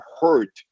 hurt